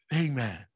Amen